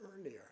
earlier